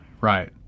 Right